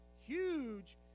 huge